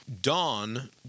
Dawn